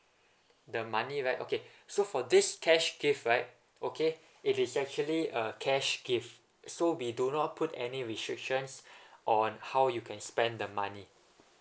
the money right okay so for this cash gift right okay it is actually a cash gift so we do not put any restrictions on how you can spend the money